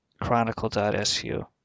Chronicle.su